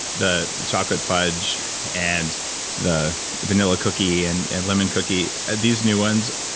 the chocolate fudge and the vanilla cookie and lemon cookie. these new ones,